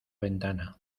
ventana